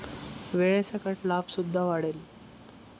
वेळेसकट लाभ सुद्धा वाढेल